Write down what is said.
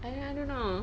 I don't I don't know